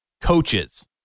coaches